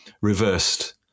reversed